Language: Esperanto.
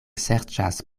serĉas